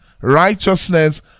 righteousness